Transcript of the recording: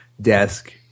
desk